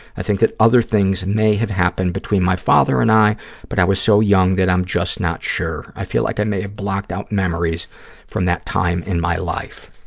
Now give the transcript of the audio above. i think that other things may have happened between my father and i but i was so young that i'm just not sure. i feel like i may have blocked out memories from that time in my life.